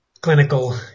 clinical